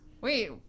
Wait